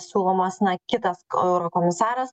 siūlomas na kitas eurokomisaras